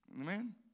Amen